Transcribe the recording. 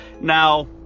now